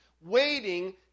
waiting